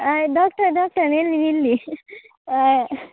doctor doctor ನಿಲ್ಲಿ ನಿಲ್ಲಿ ಹಾಂ